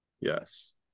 Yes